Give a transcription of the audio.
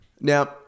Now